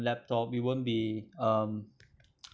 laptop we won't be um